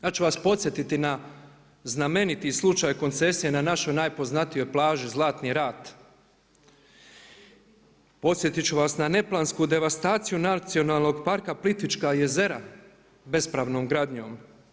Ja ću vas podsjetiti na znameniti slučaj koncesije na našoj najpoznatijoj plaži Zlatni Rat. podsjetiti ću vas na neplansku devastaciju nacionalnog parka Plitvička jezera, bespravnom gradnjom.